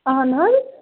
اہن حظ